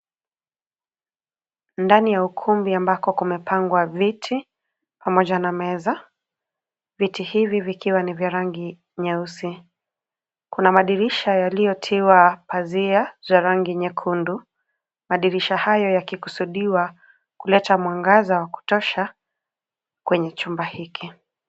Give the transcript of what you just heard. Ndani ya ukumbi ambako kumepangwa viti pamoja na meza, viti hivi vikiwa ni vya rangi nyeusi. Kuna madirisha yaliyotiwa pazia za rangi nyekundu. Madirisha haya yakikusudiwa kuleta mwangaza wa kutosha kwenye chumba hiki.